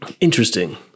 Interesting